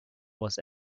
was